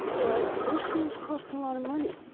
but those things cost a lot of money.